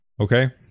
Okay